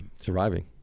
surviving